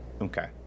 okay